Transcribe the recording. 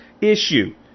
issue